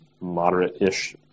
moderate-ish